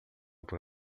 por